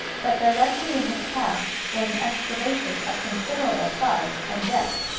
but directly in his path was an excavation of considerable size and depth.